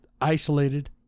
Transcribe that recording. isolated